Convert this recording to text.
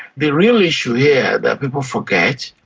the real issue here, that people forget,